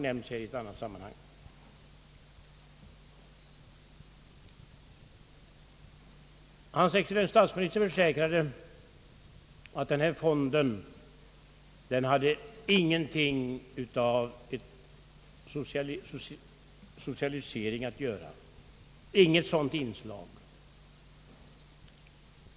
Hans excellens herr statsministern försäkrade att fonden inte hade någonting med socialisering att göra. Den hade inget sådant inslag, sade han.